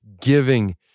giving